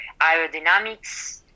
aerodynamics